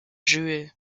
jules